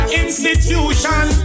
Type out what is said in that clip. institution